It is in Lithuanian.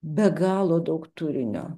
be galo daug turinio